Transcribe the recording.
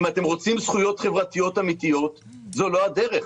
אם אתם רוצים זכויות חברתיות אמיתיות זו לא הדרך.